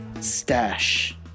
Stash